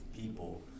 people